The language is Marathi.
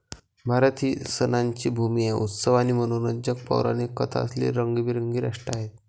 भारत ही सणांची भूमी आहे, उत्सव आणि मनोरंजक पौराणिक कथा असलेले रंगीबेरंगी राष्ट्र आहे